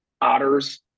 otters